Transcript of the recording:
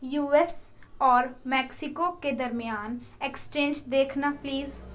you S اور Mexico کے درمیان ایکسچینج دیکھنا پلیز